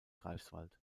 greifswald